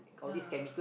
ya